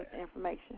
information